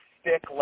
stick